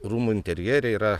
rūmų interjere yra